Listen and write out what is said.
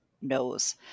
knows